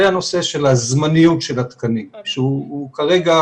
זה הנושא של הזמניות של התקנים שהוא כרגע